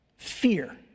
Fear